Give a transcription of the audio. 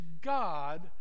God